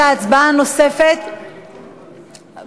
(סיוע משפטי לחושפי מעשי שחיתות,